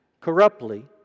corruptly